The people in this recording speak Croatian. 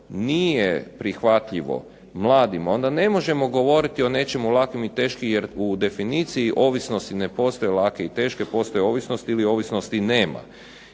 nije prihvatljivo mladima, onda ne možemo govoriti o nečemu lakim i teškim, jer u definiciji ovisnosti ne postoje lake i teške, postoje ovisnosti ili ovisnosti nema.